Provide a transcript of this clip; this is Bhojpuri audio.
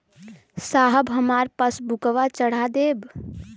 साहब हमार पासबुकवा चढ़ा देब?